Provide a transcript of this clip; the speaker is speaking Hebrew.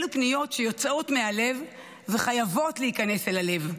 אלו פניות שיוצאות מלב וחייבות להיכנס אל הלב.